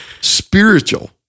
spiritual